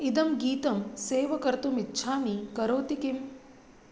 इदं गीतं सेव कर्तुम् इच्छामि करोति किम्